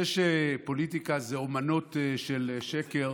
זה שפוליטיקה זה אומנות של שקר